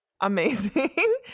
Amazing